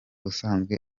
usanzwe